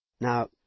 Now